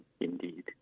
indeed